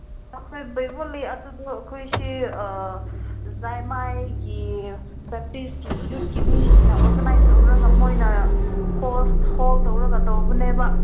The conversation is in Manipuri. ꯑꯩꯈꯣꯏ ꯕꯩꯚꯣ ꯂꯩ ꯑꯗꯨꯗ ꯑꯩꯈꯣꯏꯁꯤ ꯖꯥꯏꯃꯥꯏꯒꯤ ꯕꯦꯞꯇꯤꯁꯀꯤ ꯌꯨꯊꯀꯤ ꯃꯤꯁꯤꯡꯅ ꯑꯣꯔꯒꯥꯅꯥꯏꯖ ꯇꯧꯔꯒ ꯃꯣꯏꯅ ꯍꯣꯁ ꯍꯣꯜ ꯇꯧꯔꯒ ꯇꯧꯕꯅꯦꯕ